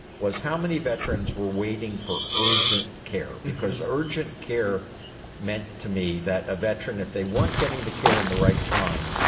was how many veterans were waiting for urgent care? because urgent care meant to me that a veteran, if they weren't getting the care in the right time,